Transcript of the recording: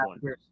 one